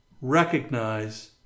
recognize